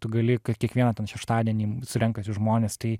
tu gali kad kiekvieną ten šeštadienį renkasi žmonės tai